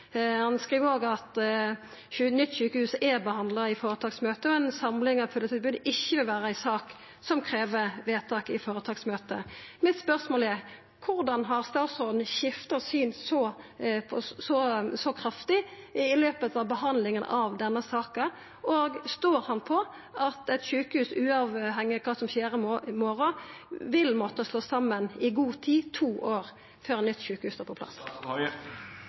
Han skriv òg at nytt sjukehus er behandla i føretaksmøtet, og at ei samling av fødetilbod ikkje vil vera ei sak som krev vedtak i føretaksmøtet. Spørsmålet mitt er: Korleis har statsråden skifta syn så kraftig i løpet av behandlinga av denne saka? Og står han ved at eit sjukehus, uavhengig av kva som skjer i morgon, vil måtta slåast saman i god tid, to år før nytt sjukehus står på plass? Det jeg svarte på, er om det krever et foretaksmøte at